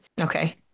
Okay